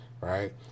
right